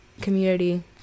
community